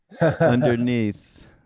underneath